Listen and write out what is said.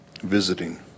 visiting